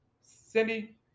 Cindy